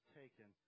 taken